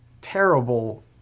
terrible